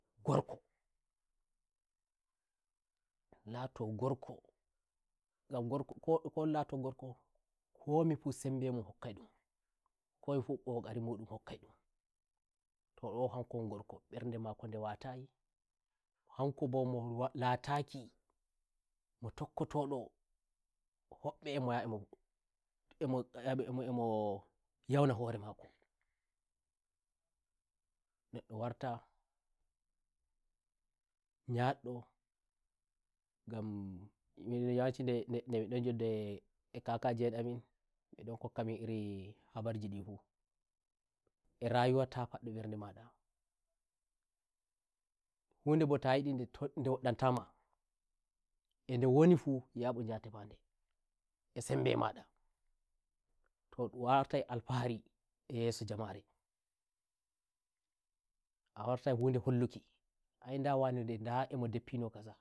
gorkonato ngorkongan ngorko ko lato ngorko komi fu sembe mun hokki ndunkomi fu kokari mun ndun hokkai ndumto ndo hanko won ngorko mberde mako watayihanko mbo mo latakimo tokkoto ndo wombe emo yaha emo yauna hore makoneddo wartanyaddongam nyawanci "nde nde ndemk ndon njoddi e" kakaji en amin mbe ndon kokkamin iri habarji ndi fueh rayuwa ta faddu mberde madahunde bo ta yidi nde woddan tamae nde woni fu nya mbu njaha tefa nde wh sembe madato ndun wartai hunde hollukiai nda wane nda emo deppino kaza